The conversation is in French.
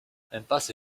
impasse